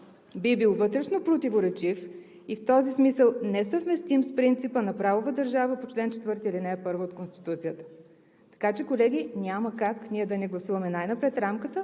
би бил вътрешно противоречив и в този смисъл несъвместим с принципа на правова държава по чл. 4, ал. 1 от Конституцията.“ Така че, колеги, няма как ние да не гласуваме най-напред рамката